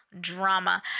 Drama